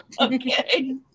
okay